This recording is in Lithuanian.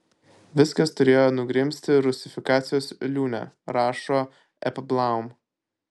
viskas turėjo nugrimzti rusifikacijos liūne rašo eplbaum